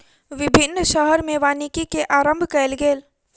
विभिन्न शहर में वानिकी के आरम्भ कयल गेल